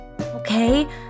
Okay